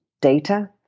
data